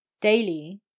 daily